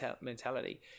mentality